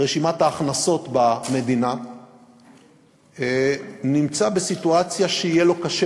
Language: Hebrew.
רשימת ההכנסות במדינה נמצא בסיטואציה שיהיה לו קשה